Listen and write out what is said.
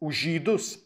už žydus